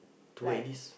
two at least